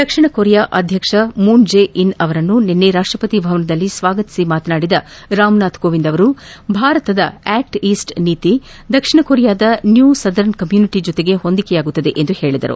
ದಕ್ಷಿಣ Korea ಅಧ್ಯಕ್ಷ Moon Jae in ಅವರನ್ನು ನಿನ್ನೆ ರಾಷ್ಟಪತಿ ಭವನದಲ್ಲಿ ಸ್ವಾಗತಿಸಿ ಮಾತನಾಡಿದ ರಾಮನಾಥ್ ಕೋವಿಂದ್ ಭಾರತದ ಆಕ್ಟ್ ಈಸ್ಟ್ ನೀತಿ ದಕ್ಷಿಣ ಕೊರಿಯಾದ ನ್ಯೂ ಸದರ್ನ್ ಕಮ್ಯುನಿಟ ಜೊತೆಗೆ ಹೊಂದಿಕೆಯಾಗುತ್ತದೆ ಎಂದರು